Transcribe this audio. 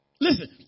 Listen